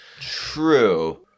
True